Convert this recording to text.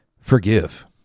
forgive